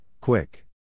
quick